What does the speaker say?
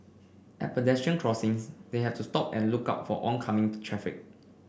at pedestrian crossings they have to stop and look out for oncoming traffic